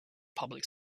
public